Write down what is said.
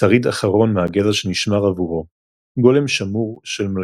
שריד אחרון מהגזע שנשמר עבורו - גולם שמור של מלכה,